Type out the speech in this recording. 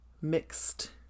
mixed